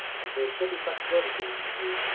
and there should be flexibility for you to,